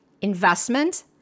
investment